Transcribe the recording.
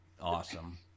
awesome